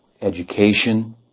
education